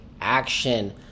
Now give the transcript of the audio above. action